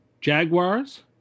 Jaguars